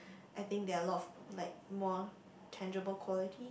I think there are a lot of like more tangible quality